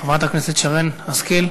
חברת הכנסת שרן השכל,